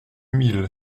mille